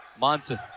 Monson